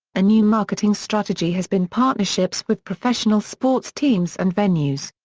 a new marketing strategy has been partnerships with professional sports teams and venues.